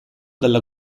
dalla